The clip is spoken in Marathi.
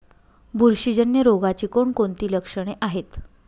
बुरशीजन्य रोगाची कोणकोणती लक्षणे आहेत?